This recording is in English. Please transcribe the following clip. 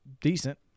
decent